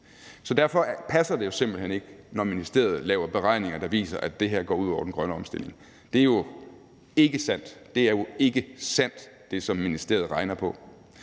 Så derfor passer det jo simpelt hen ikke, når ministeriet laver beregninger, der viser, at det her går ud over den grønne omstilling. Det er jo ikke sandt. Det, som ministeriet regner på,